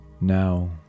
now